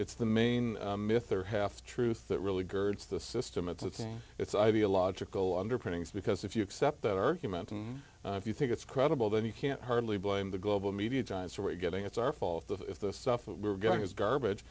it's the main myth or half truth that really girds the system it's it's ideological underpinnings because if you accept that argument and if you think it's credible then you can't hardly blame the global media giants are we getting it's our fault if the stuff we're getting is garbage